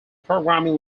programming